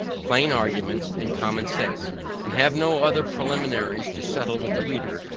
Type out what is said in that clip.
plain arguments, and common sense and have no other preliminaries to settle with the reader,